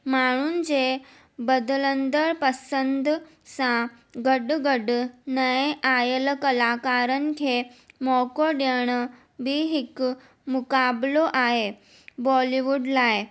माण्हुनि जे बदलंदड़ु पसंदि सां गॾु गॾु नए आयल कलाकारनि खे मौक़ो ॾियण बि हिकु मुक़ाबलो आहे बॉलीवुड लाइ